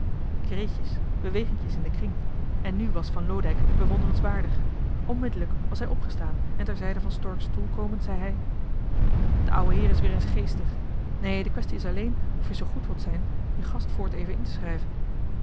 kreetjes beweginkjes in den kring en nu was van loodijck bewonderenswaardig onmiddellijk was hij opgestaan en ter zijde van stork's stoel komend zei hij de ou'e heer is weer eens geestig nee de kwestie is alleen of je zoo goed wilt zijn je gast voort even in te schrijven